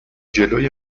جلوی